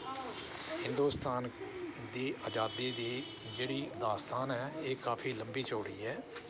हिन्दोस्तान दी अज़ादी दी जेह्ड़ी दास्तान ऐ एह् काफी लंबी चौड़ी ऐ